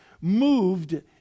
moved